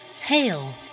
hail